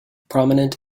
prominent